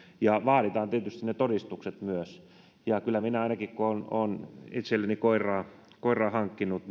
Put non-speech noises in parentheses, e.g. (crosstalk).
ja vaaditaan tietysti myös todistukset kun koiran hankkii kennelistä niin kyllä minä ainakin kun olen itselleni koiraa koiraa hankkinut (unintelligible)